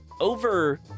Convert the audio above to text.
over